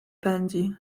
pędzi